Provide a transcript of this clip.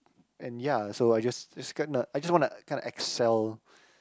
and ya so I just is kind a I just want a kind of excelled